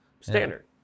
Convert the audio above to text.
standard